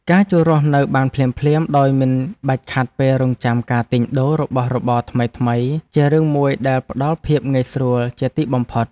ការចូលរស់នៅបានភ្លាមៗដោយមិនបាច់ខាតពេលរង់ចាំការទិញដូររបស់របរថ្មីៗជារឿងមួយដែលផ្ដល់ភាពងាយស្រួលជាទីបំផុត។